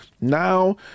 Now